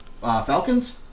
Falcons